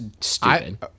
stupid